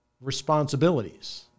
responsibilities